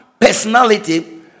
personality